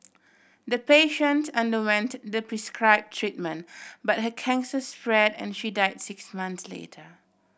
the patient underwent the prescribe treatment but her cancer spread and she died six months later